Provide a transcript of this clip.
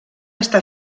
està